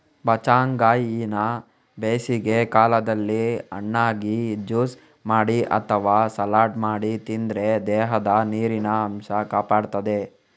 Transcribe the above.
ಬಚ್ಚಂಗಾಯಿಯನ್ನ ಬೇಸಿಗೆ ಕಾಲದಲ್ಲಿ ಹಣ್ಣಾಗಿ, ಜ್ಯೂಸು ಮಾಡಿ ಅಥವಾ ಸಲಾಡ್ ಮಾಡಿ ತಿಂದ್ರೆ ದೇಹದ ನೀರಿನ ಅಂಶ ಕಾಪಾಡ್ತದೆ